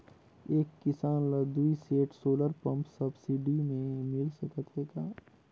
एक किसान ल दुई सेट सोलर पम्प सब्सिडी मे मिल सकत हे का?